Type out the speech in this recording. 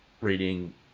reading